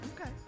okay